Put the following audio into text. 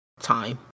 time